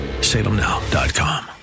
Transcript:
Salemnow.com